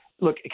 look